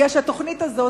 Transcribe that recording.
כי התוכנית הזאת,